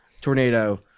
Tornado